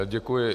Děkuji.